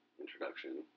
introduction